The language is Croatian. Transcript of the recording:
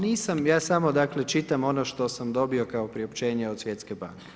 Nisam ja samo čitam ono što sam dobio kao priopćenje od Svjetske banke.